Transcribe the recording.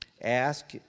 Ask